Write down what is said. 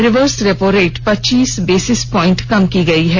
reverse repo rate पच्चीस basis point कम की गयी है